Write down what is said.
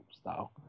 style